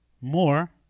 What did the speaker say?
more